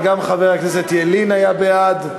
וגם חבר הכנסת ילין היה בעד.